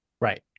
Right